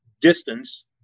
distance